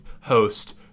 host